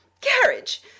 carriage